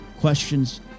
questions